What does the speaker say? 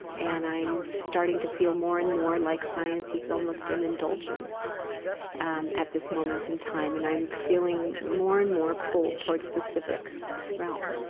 and i'm starting to feel more and more like science is almost an indulgence at this moment in time. and i'm feeling more and more pulled towards the civic realm.